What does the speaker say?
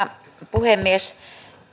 puhemies